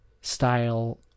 style